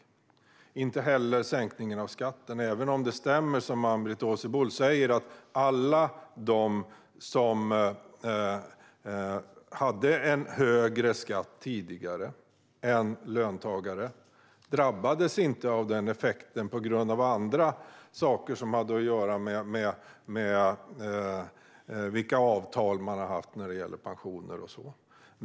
Det är inte heller sänkningen av skatten, även om det stämmer, som Ann-Britt Åsebol säger, att en del som tidigare drabbades av en högre skatt än löntagare gjorde det på grund av andra saker som hade att göra med vilka pensionsavtal man hade.